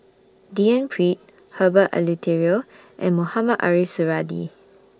D N Pritt Herbert Eleuterio and Mohamed Ariff Suradi